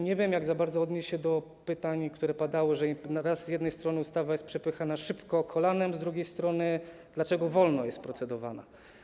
Nie wiem za bardzo, jak odnieść się do pytań, które padały, że z jednej strony ustawa jest przepychana szybko, kolanem, z drugiej strony, że dlaczego wolno jest procedowana.